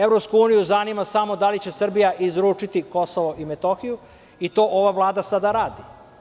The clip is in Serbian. Evropsku uniju zanima samo da li će Srbija izručiti Kosovo i Metohiju i to ova vlada sada radi.